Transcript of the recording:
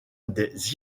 des